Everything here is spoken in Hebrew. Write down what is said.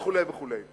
וכו' וכו'.